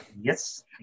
yes